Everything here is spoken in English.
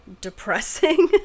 depressing